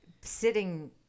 sitting